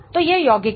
तो ये यौगिक हैं